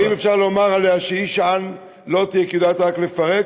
האם אפשר לומר עליה שהיא שען לא תהיה כי היא יודעת רק לפרק,